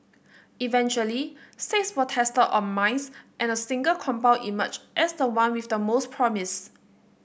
eventually six were tested on mice and a single compound emerged as the one with the most promise